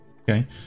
Okay